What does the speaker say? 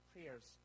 prayers